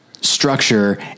structure